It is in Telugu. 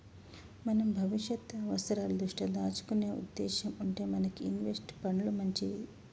మనం భవిష్యత్తు అవసరాల దృష్ట్యా దాచుకునే ఉద్దేశం ఉంటే మనకి ఇన్వెస్ట్ పండ్లు మంచిది